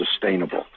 sustainable